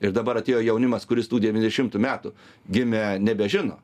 ir dabar atėjo jaunimas kuris tų devyniasdešimtų metų gimę nebežino